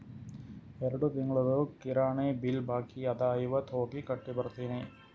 ಎರಡು ತಿಂಗುಳ್ದು ಕಿರಾಣಿ ಬಿಲ್ ಬಾಕಿ ಅದ ಇವತ್ ಹೋಗಿ ಕಟ್ಟಿ ಬರ್ತಿನಿ